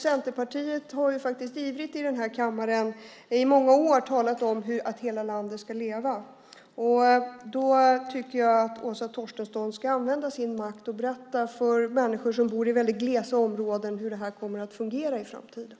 Centerpartiet har ju faktiskt ivrigt i den här kammaren i många år talat om att hela landet ska leva. Därför tycker jag att Åsa Torstensson ska använda sin makt och berätta för människor som bor i glesa områden hur det här kommer att fungera i framtiden.